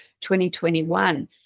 2021